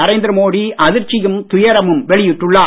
நரேந்திர மோடி அதிர்ச்சியும் துயரமும் வெளியிட்டுள்ளார்